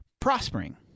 prospering